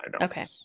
Okay